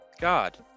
God